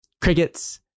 crickets